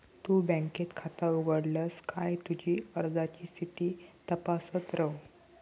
तु बँकेत खाता उघडलस काय तुझी अर्जाची स्थिती तपासत रव